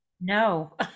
no